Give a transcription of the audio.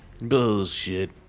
Bullshit